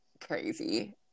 crazy